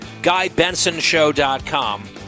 GuyBensonShow.com